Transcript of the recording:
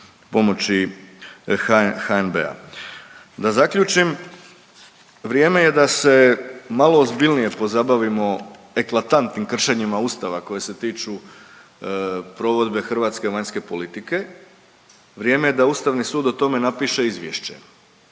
pomoći HNB-a. Da zaključim vrijeme je da se malo ozbiljnije pozabavimo eklatantnim kršenjima Ustava koje se tiču provodbe hrvatske vanjske politike. Vrijeme je da Ustavni sud o tome napiše izvješće.